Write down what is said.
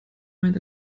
meint